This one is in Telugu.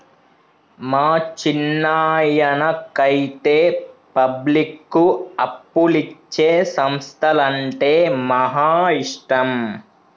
మా చిన్నాయనకైతే పబ్లిక్కు అప్పులిచ్చే సంస్థలంటే మహా ఇష్టం